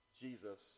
Jesus